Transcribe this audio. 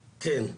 כן.